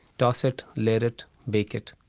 toss it, layer it, bake it.